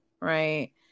right